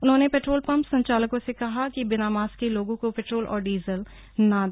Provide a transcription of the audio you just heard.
उन्होने petrol pump संचालकों से कहा कि बिना मास्क के लोगों को पेट्रोल और डीजल न दे